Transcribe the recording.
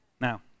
Now